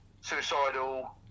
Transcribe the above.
suicidal